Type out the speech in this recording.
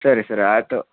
ಸರಿ ಸರಿ ಆಯ್ತು